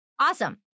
Awesome